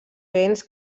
béns